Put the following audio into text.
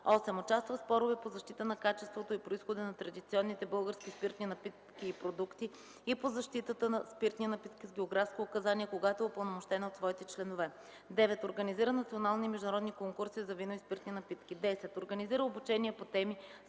8. участва в спорове по защита на качеството и произхода на традиционните български спиртни напитки и продукти и по защитата на спиртни напитки с географско указание, когато е упълномощена от своите членове; 9. организира национални и международни конкурси за вино и спиртни напитки; 10. организира обучения по теми,